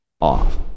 off